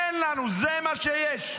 אין לנו זה מה שיש.